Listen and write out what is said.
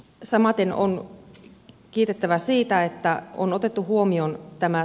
samaten on kiitettävä siitä että tämä